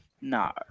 No